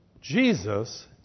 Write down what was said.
Jesus